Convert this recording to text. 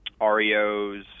REOs